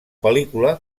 pel·lícula